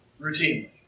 routinely